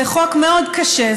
וזה חוק מאוד קשה,